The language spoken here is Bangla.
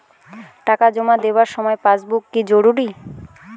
টাকা জমা দেবার সময় পাসবুক কি জরুরি?